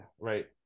right